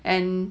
and